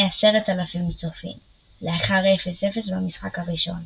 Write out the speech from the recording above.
10,000 צופים לאחר 00 במשחק הראשון.